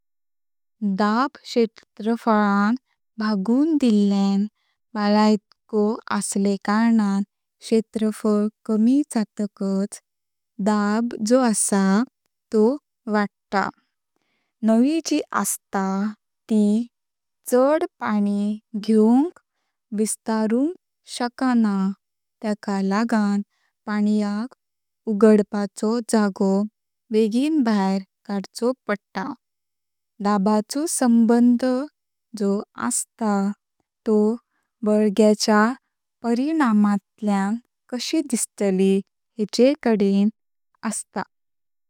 डाब क्षेत्रफळानं भागून दिल्ल्यानं बलाइतको आसले कारणं क्षेत्रफळ कमी जातकाच डाब जो आसा तो वडता। नाळी जी आसता त चड पानी घेवक विस्तारुंक शकां तेक लागां पाणीयाक उगडपाचो जगों बेगिनं भयर कडचो पडता। डबाचो संबंध जो आसता तो बालग्याच्या परिणामांतल्यां कशी दिसटली हेचे कदेनं आसता।